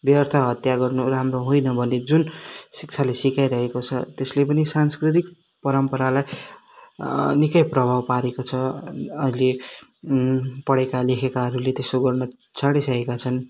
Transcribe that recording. व्यर्थ हत्या गर्नु राम्रो होइन भन्ने जुन शिक्षाले सिकाइरहेको छ त्यसले पनि सांस्कृतिक परम्परालाई निकै प्रभाव पारेको छ अहिले पढेका लेखेकाहरूले त्यसो गर्न छाडिसकेका छन्